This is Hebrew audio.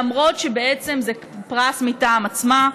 למרות שבעצם זה פרס מטעם עצמה.